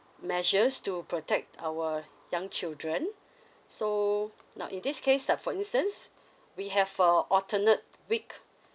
measures to protect our young children so now in this case that for instance we have a alternate week